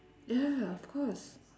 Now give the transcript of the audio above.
ya of course